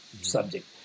subject